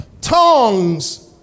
Tongues